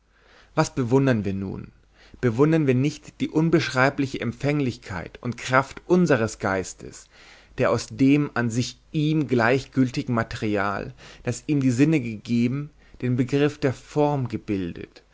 was bewundern wir nun bewundern wir nicht die unbeschreibliche empfänglichkeit und kraft unseres geistes der aus dem an sich ihm gleichgültigen material das ihm die sinne gegeben den begriff der form gebildet